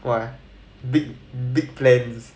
!wah! big big plans